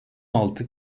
altı